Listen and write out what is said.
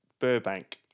Burbank